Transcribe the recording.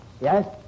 Yes